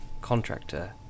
contractor